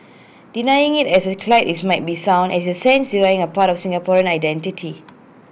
denying IT as cliche IT might sound is in A sense denying A part of Singaporean identity